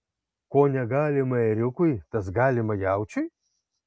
ko negalima ėriukui tas galima jaučiui